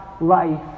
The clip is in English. life